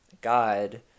God